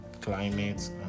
climate